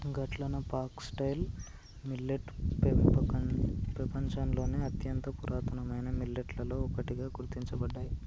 గట్లన foxtail millet పెపంచంలోని అత్యంత పురాతనమైన మిల్లెట్లలో ఒకటిగా గుర్తించబడ్డాయి